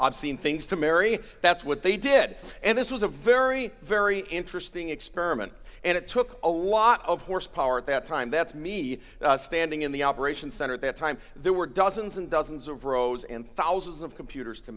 obscene things to mary that's what they did and this was a very very interesting experiment and it took a lot of horsepower at that time that's me standing in the operations center at that time there were dozens and dozens of rows and thousands of computers to